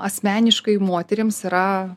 asmeniškai moterims yra